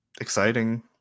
exciting